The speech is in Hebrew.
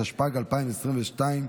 התשפ"ג 2023,